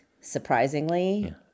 surprisingly